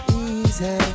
easy